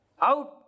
out